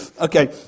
Okay